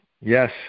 Yes